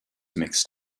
mixed